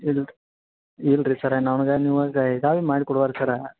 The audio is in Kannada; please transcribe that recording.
ಇಲ್ರೀ ಇಲ್ಲ ರೀ ಸರ್ರ ನಮಗೆ ನೀವು ಇದಾದ್ರೂ ಮಾಡಿ ಕೊಡ್ವಲ್ ಸರ್ರ